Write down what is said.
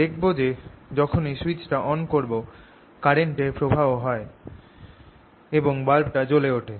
দেখবে যে যখনই সুইচটা অন করব কারেন্টের এর প্রবাহ হয় এবং বাল্ব টা জলে ওঠে